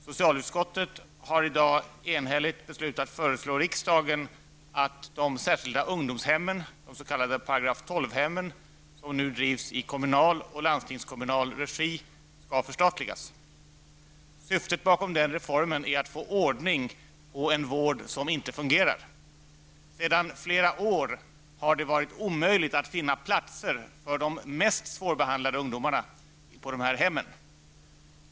Socialutskottet har i dag enhälligt beslutat föreslå riksdagen att de särskilda ungdomshemmen, de s.k. § 12-hemmen, som nu drivs i kommunal och landstingskommunal regi, skall förstatligas. Syftet bakom den reformen är att få ordning på en vård som inte fungerar. Sedan flera år har det varit omöjligt att finna platser för de mest svårbehandlade ungdomarna på de här hemmen.